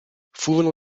furono